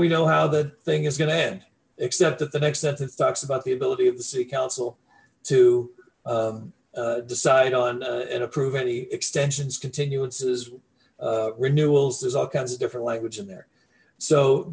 we know how the thing is going to end except that the next sentence talks about the ability of the city council to decide on and approve any extensions continuances renewals there's all kinds of different language in there so